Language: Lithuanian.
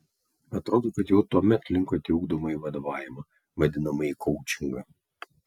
atrodo kad jau tuomet linkote į ugdomąjį vadovavimą vadinamąjį koučingą